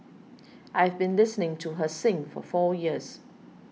I have been listening to her sing for four years